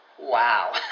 wow